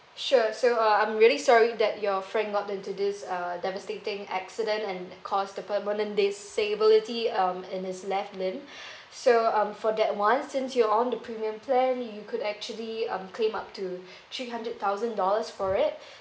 sure so uh I'm really sorry that your friend got into this uh devastating accident and caused the permanent disability um in his left limb so um for that one since you're on the premium plan you could actually um claim up to three hundred thousand dollars for it